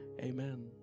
amen